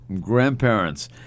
grandparents